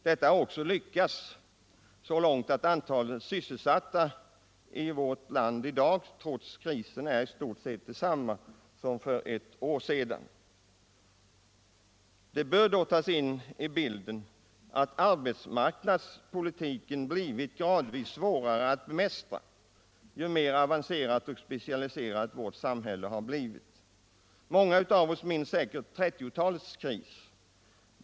Detta har också lyckats så långt att antalet sysselsatta i vårt land trots krisen är i stort sett detsamma i dag som för ett år sedan. Det bör dock tas med i bilden att arbetsmarknadspolitiken gradvis blivit svårare att bemästra ju mer avancerat och specialiserat vårt samhälle blivit. Många av oss minns säkert 1930-talets kris.